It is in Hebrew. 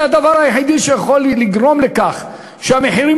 זה הדבר היחיד שיכול לגרום לכך שהמחירים